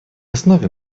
основе